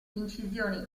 incisioni